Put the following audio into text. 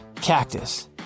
cactus